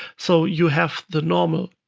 so you have the normal